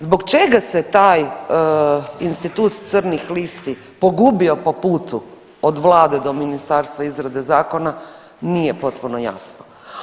Zbog čega se taj institut crnih listi pogubio po putu od Vlade do ministarstva izrade zakona, nije potpuno jasno.